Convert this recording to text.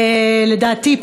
לדעתי,